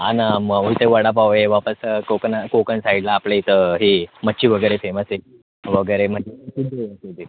आणि मग उलटे वडापाव आहे वापस कोकण कोकण साईडला आपल्या इथं हे मच्छी वगैरे फेमस आहे वगैरे